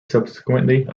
subsequently